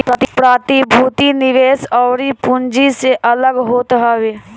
प्रतिभूति निवेश अउरी पूँजी से अलग होत हवे